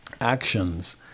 actions